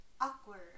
Awkward